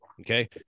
okay